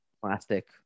plastic